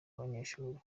abanyeshuri